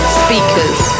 speakers